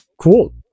cool